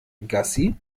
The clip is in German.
gassi